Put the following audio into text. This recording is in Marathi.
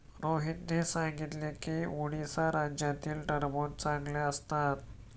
रोहितने सांगितले की उडीसा राज्यातील टरबूज चांगले असतात